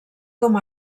com